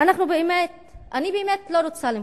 אני באמת לא רוצה למחות.